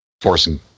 forcing